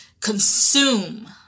consume